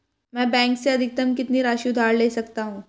मैं बैंक से अधिकतम कितनी राशि उधार ले सकता हूँ?